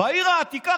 בעיר העתיקה?